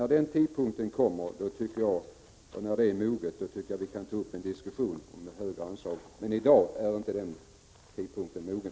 När den tidpunkten kommer tycker jag vi kan ta uppen diskussion om högre anslag, men i dag är tiden som sagt inte mogen.